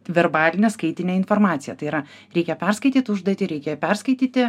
verbalinę skaitinę informaciją tai yra reikia perskaityt užduotį reikia perskaityti